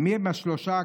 ומיהם השלושה?